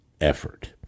effort